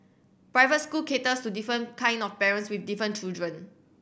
private school caters to different kind of parents with different children